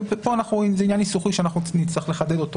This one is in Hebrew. ופה אנחנו רואים שזה עניין ניסוחי שנצטרך לחדד.